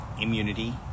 immunity